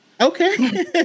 Okay